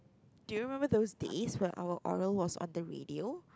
do you remember those days when our Oral was on the radio